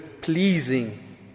pleasing